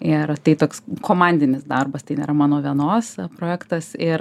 ir tai toks komandinis darbas tai nėra mano vienos projektas ir